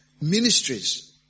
ministries